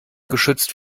geschützt